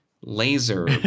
laser